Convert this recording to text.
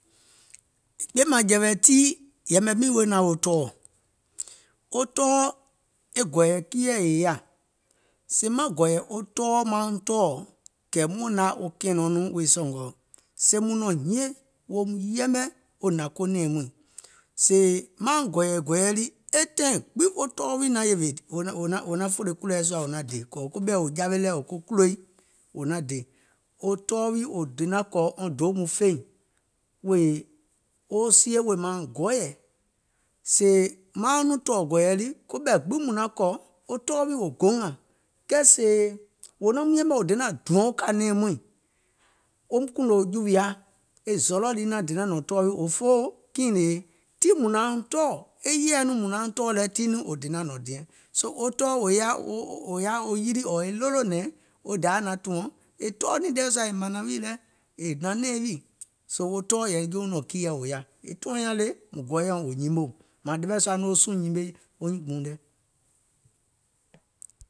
Ɓìèmȧŋjɛ̀wɛ̀ tii, yɛ̀mɛ̀ wiìŋ weè naȧŋ wo tɔɔɔ̀, wo tɔɔ, e gɔ̀ɔ̀yɛ̀ kiiɛ̀ è yaȧ, sèè maŋ gɔ̀ɔ̀yɛ wo tɔɔ mauŋ tɔɔ̀ kɛ̀ muȧŋ naŋ yaȧ wo kɛ̀ɛ̀nɛuŋ nɔɔ̀ŋ wèè sɔ̀ngɔ̀ sèè mùŋ nɔ̀ŋ hinie woum yɛmɛ̀ wo hnàŋ ko nɛ̀ɛ̀ŋ muìŋ, sèè mauŋ gɔ̀ɔ̀yɛ̀ gɔ̀ɔ̀yɛ lii, e taìŋ gbìŋ wo tɔɔ wii naŋ yèwè wò naŋ wò naŋ wò naŋ fòlò ke kùlɛ̀ɛ sùȧ wò naŋ dè ɔ̀ɔ̀ koɓɛ̀i wò jawe lɛ̀ ɔ̀ɔ̀ ko kùlòi wò dè, wo tɔɔ wii wò donàŋ kɔ̀ wɔŋ doò mɔɔ̀ŋ feìŋ wèè woo sie wèè mauŋ gɔɔyɛ̀. Sèè mauŋ nɔŋ tɔ̀ɔ̀ gɔ̀ɔ̀yɛ lii koɓɛ̀ gbiŋ mùŋ naŋ kɔ̀ wo tɔɔ wii wò gongà, kɛɛ sèè wò naum yɛmɛ̀ wò donȧŋ dùɔ̀ŋ wo kȧ nɛ̀ɛ̀ŋ muìŋ woum kùùnɔ jùwia, e zɔlɔ̀ lii naȧŋ donȧŋ nɔ̀ŋ tɔɔ wii òfoo kiìŋ nèè, tiŋ mùŋ nauŋ tɔɔ̀, e yèɛ nɔŋ mùŋ nauŋ tɔɔ̀ lɛ̀ tiŋ wò donàŋ nɔ̀ŋ diɛŋ, soo wo tɔɔ wò yaà wo yilì ɔ̀ɔ̀ e ɗolònɛ̀ŋ wo Dayà naŋ tùɔ̀ŋ, e tɔɔ̀ niŋ e ɗeweɛ̀ sua è mȧnȧŋ nìŋ nɛ, è hnàŋ nɛ̀ɛ̀ŋ wiì, soo wo tɔɔ yɛ̀ì e jouŋ nɔ̀ŋ kiiɛ̀ wò yaȧ, e tɔ̀ɔ̀nyaȧŋ le, mùŋ gɔɔyɛ̀uŋ wò nyìmèùm mààŋ ɗewɛ̀ɛ̀ sua nɔŋ wo suùŋ nyimè wo nyuùnkpùuŋ lɛ̀.